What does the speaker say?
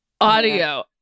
Audio